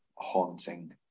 Haunting